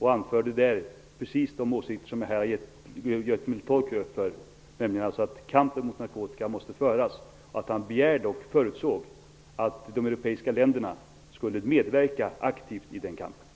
anförde där precis de åsikter som jag här gjort mig till tolk för, nämligen att kampen mot narkotika måste föras. Han begärde också och förutsåg att de europeiska länderna skulle medverka aktivt i den kampen.